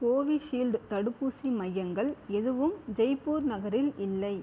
Covishield தடுப்பூசி மையங்கள் எதுவும் ஜெய்ப்பூர் நகரில் இல்லை